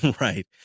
right